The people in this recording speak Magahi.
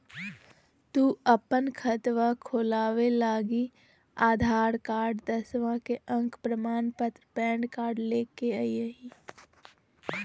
तू अपन खतवा खोलवे लागी आधार कार्ड, दसवां के अक प्रमाण पत्र, पैन कार्ड ले के अइह